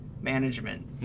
management